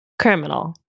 Criminal